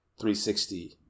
360